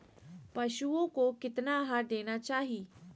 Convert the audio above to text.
पशुओं को कितना आहार देना चाहि?